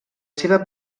seva